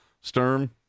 Sturm